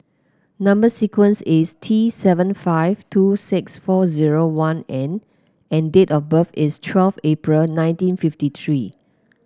number sequence is T seven five two six four zero one N and date of birth is twelve April nineteen fifty three